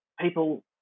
people